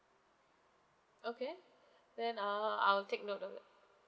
okay then I'll I'll take note of that